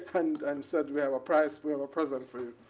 and um said, we have a price, we have a present for you.